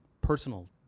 personal